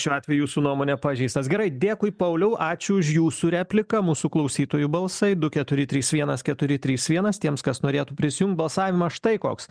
šiuo atveju jūsų nuomone pažeistas gerai dėkui pauliau ačiū už jūsų repliką mūsų klausytojų balsai du keturi trys vienas keturi trys vienas tiems kas norėtų prisijungt balsavimas štai koks